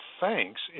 thanks